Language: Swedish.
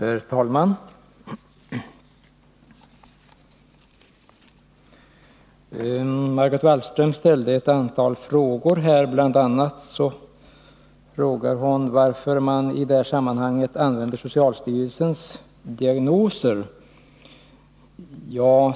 Herr talman! Margot Wallström ställde ett antal frågor. Bl. a. frågade hon varför man i detta sammanhang använder socialstyrelsens diagnoser.